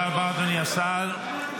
תודה רבה, אדוני השר.